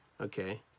okay